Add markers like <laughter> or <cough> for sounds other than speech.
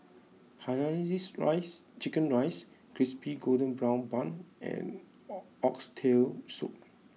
Hainanese Rice Chicken Rice Crispy Golden Brown Bun and <noise> Oxtail Soup